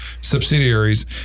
subsidiaries